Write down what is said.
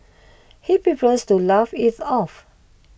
he prefers to laugh it off